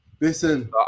Listen